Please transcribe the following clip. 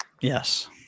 Yes